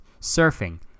Surfing